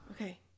okay